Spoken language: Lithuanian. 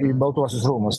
į baltuosius rūmus